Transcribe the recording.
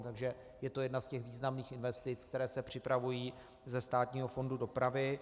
Takže je to jedna z těch významných investic, které se připravují ze státního fondu dopravy.